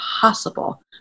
possible